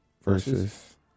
Versus